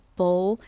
bowl